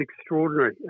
extraordinary